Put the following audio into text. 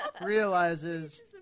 realizes